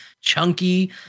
chunky